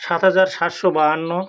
সাত হাজার সাতশো বাহান্ন